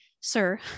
sir